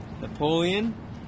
Napoleon